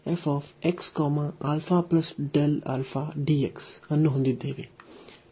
ಆದ್ದರಿಂದ ನಾವು ಅನ್ನು ಹೊಂದಿದ್ದೇವೆ